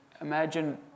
Imagine